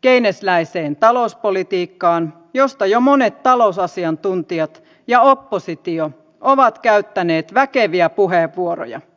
keynesiläiseen talouspolitiikkaan josta jo monet talousasiantuntijat ja oppositio ovat käyttäneet väkeviä puheenvuoroja